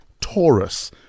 taurus